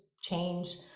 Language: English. change